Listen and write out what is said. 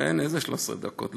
איזה 13 דקות?